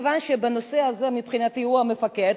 מכיוון שבנושא הזה מבחינתי הוא המפקד,